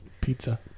Pizza